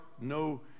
No